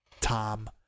Tom